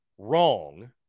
Wrong